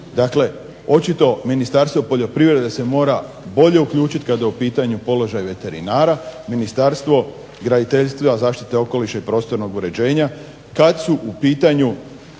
Dakle, očito Ministarstvo poljoprivrede se mora bolje uključiti kad je u pitanju položaj veterinara, Ministarstvo graditeljstva, zaštite okoliša i prostornog uređenja kad su u pitanju